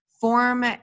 form